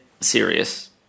serious